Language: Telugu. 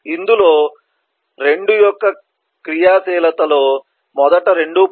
కాబట్టి ఇందులో 2 యొక్క క్రియాశీలతలో మొదట 2